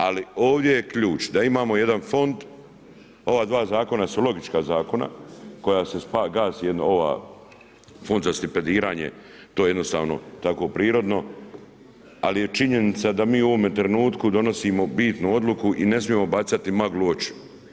Ali ovdje je ključ da imamo jedan fond, ova dva zakona su logička zakona kojima se gasi Fond za stipendiranje, to je jednostavno tako prirodno, ali je činjenica da mi u ovome trenutku donosimo bitnu odluku i ne smijemo bacati maglu u oči.